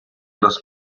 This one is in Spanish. dos